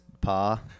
pa